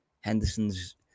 Henderson's